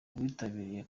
rwitabiriye